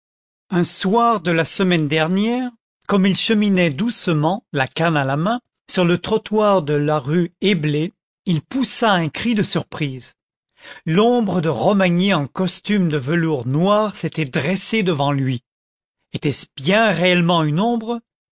un soir de la semaine dernière comme il cheminait doucement la canne à la main sur le trottoir de la rue éblé il poussa un cri de sur prise l'ombre de romagné en costume de velours bleu s'était dressée devant lui content from google book search generated at était-ce bien réellement une ombre